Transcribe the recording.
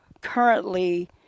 currently